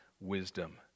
wisdom